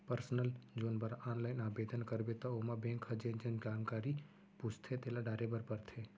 personal loan बर online आबेदन करबे त ओमा बेंक ह जेन जेन जानकारी पूछथे तेला डारे बर परथे